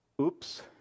oops